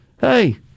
hey